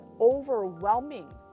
overwhelming